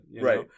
Right